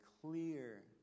clear